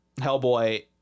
Hellboy